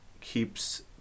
keeps